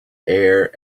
air